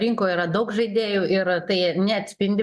rinkoj yra daug žaidėjų ir tai neatspindi